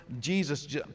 Jesus